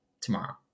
tomorrow